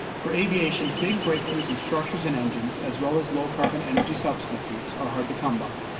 for aviation, big breakthroughs in structures in engines as well as low carbon energy substitutes are hard to come by.